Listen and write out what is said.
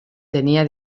tenia